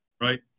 right